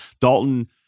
Dalton